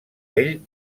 ell